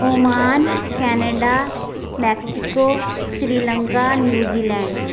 Oman Canada Mexico Sri Lanka New Zealand